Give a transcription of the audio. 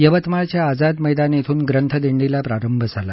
यवतमाळच्या आझाद मैदान इथून ग्रंथदिंडीला प्रारंभ झाला